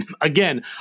Again